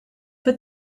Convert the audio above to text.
but